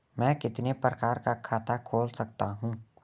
मैं कितने प्रकार का खाता खोल सकता हूँ?